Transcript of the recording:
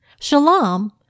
Shalom